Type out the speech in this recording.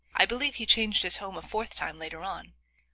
i believe he changed his home a fourth time later on.